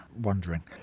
wondering